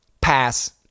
Pass